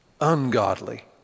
ungodly